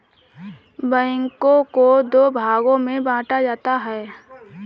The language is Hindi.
बैंकों को दो भागों मे बांटा जाता है